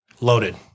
Loaded